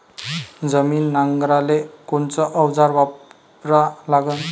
जमीन नांगराले कोनचं अवजार वापरा लागन?